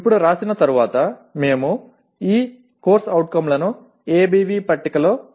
ఇప్పుడు వ్రాసిన తరువాత మేము ఈ CO లను ABV పట్టికలో గుర్తించాలి